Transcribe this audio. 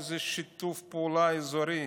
איזה שיתוף פעולה אזורי?